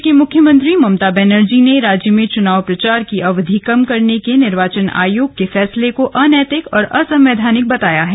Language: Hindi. राज्य की मुख्यमंत्री ममता बैनर्जी ने राज्य में चुनाव प्रचार की अवधि कम करने के निर्वाचन आयोग के फैसले को अनैतिक और असंवैधानिक बताया है